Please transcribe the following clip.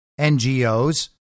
NGOs